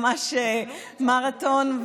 ממש מרתון,